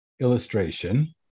illustration